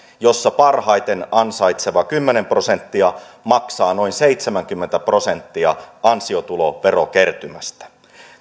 jossa parhaiten ansaitseva kymmenen prosenttia maksaa noin seitsemänkymmentä prosenttia ansiotuloverokertymästä